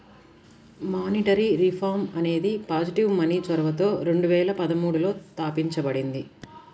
monetary reform అనేది positive money చొరవతో రెండు వేల పదమూడులో తాపించబడింది